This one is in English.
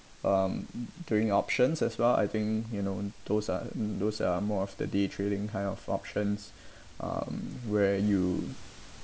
um during options as well I think you know those are those are more of the day trading kind of options um where you